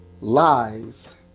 lies